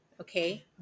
okay